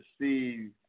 see